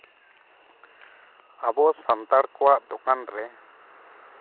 ᱟᱵᱚ ᱥᱟᱱᱛᱟᱲ ᱠᱚᱣᱟᱜ ᱫᱚᱠᱟᱱ ᱨᱮ